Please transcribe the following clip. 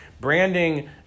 branding